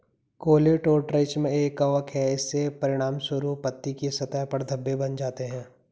Colletotrichum एक कवक है, इसके परिणामस्वरूप पत्ती की सतह पर धब्बे बन जाते हैं